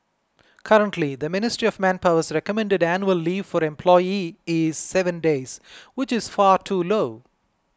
currently the Ministry of Manpower's recommended annual leave for employees is seven days which is far too low